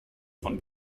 von